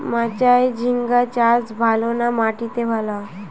মাচায় ঝিঙ্গা চাষ ভালো না মাটিতে ভালো?